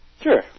Sure